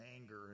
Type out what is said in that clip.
anger